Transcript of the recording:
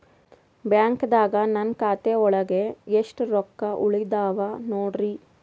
ಬ್ಯಾಂಕ್ದಾಗ ನನ್ ಖಾತೆ ಒಳಗೆ ಎಷ್ಟ್ ರೊಕ್ಕ ಉಳದಾವ ನೋಡ್ರಿ?